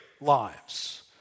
lives